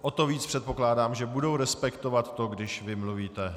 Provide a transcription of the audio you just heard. O to víc předpokládám, že budou respektovat to, když vy mluvíte.